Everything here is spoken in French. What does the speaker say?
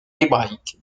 hébraïque